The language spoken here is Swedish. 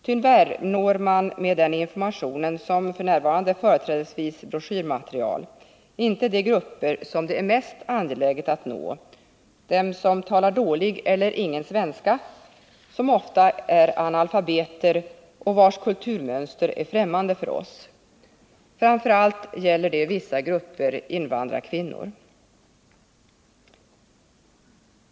Tyvärr når man med den informationen, som f. n. företrädesvis består av broschyrmaterial, inte de grupper som det är mest angeläget att nå, dem som talar dålig eller ingen svenska, som ofta är analfabeter och vilkas kulturmönster är främmande för oss. Framför allt gäller det vissa grupper invandrarkvinnor.